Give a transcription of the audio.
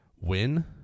win